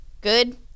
good